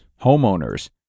homeowners